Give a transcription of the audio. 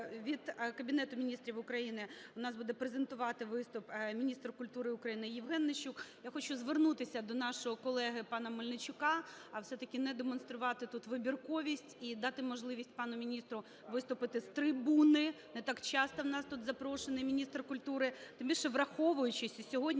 від Кабінету Міністрів України у нас буде презентувати виступ міністр культури України ЄвгенНищук. Я хочу звернутися до нашого колеги пана Мельничука. Все-таки не демонструвати тут вибірковість і дати можливість пану міністру виступити з трибуни. Не так часто у нас тут запрошений міністр культури. Тим більше, враховуючи, що сьогодні